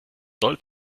soll